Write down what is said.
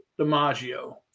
DiMaggio